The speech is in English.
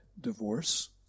divorce